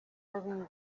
ibyo